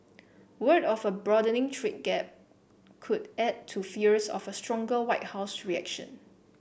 word of a broadening trade gap could add to fears of a stronger White House reaction